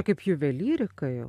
kaip juvelyrika jau